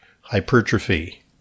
hypertrophy